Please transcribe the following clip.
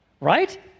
right